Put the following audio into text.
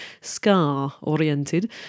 scar-oriented